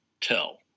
tell